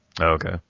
Okay